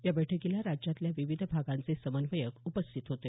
या बैठकीला राज्यातल्या विविध भागांचे समन्वयक उपस्थित होते